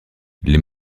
les